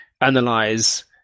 analyze